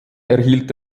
erhielt